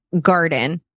garden